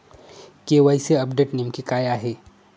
KYC update नेमके काय आहे?